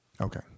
Okay